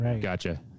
Gotcha